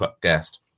guest